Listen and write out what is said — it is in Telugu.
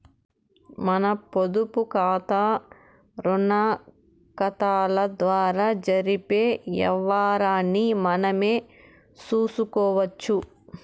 మన పొదుపుకాతా, రుణాకతాల ద్వారా జరిపే యవ్వారాల్ని మనమే సూసుకోవచ్చు